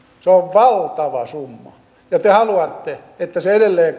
se on valtava summa ja te haluatte että se edelleen